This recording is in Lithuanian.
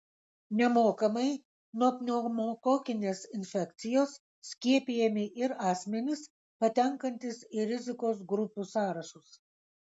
nemokamai nuo pneumokokinės infekcijos skiepijami ir asmenys patenkantys į rizikos grupių sąrašus